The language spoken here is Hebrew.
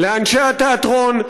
לאנשי התיאטרון.